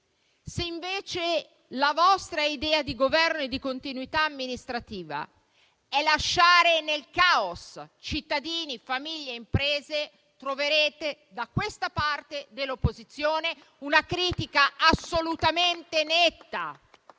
Se invece la vostra idea di Governo e di continuità amministrativa è lasciare nel caos cittadini, famiglie e imprese, troverete da questa parte dell'opposizione una critica assolutamente netta